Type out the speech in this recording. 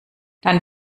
dann